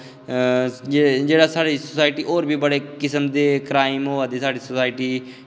जेह्ड़ा साढ़ी सोसाईटी होर बी बड़े किस्म दे क्राईम होआ दे साढ़ी सोसाईटी जेह्ड़ा